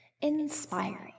Inspiring